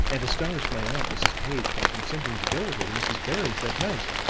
and astonished my aunt, mrs. page, by consenting to go with her to mrs. barron's that night,